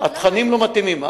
התכנים לא מתאימים.